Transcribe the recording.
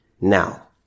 Now